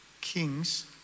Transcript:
kings